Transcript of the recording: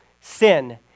sin